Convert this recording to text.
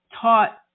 taught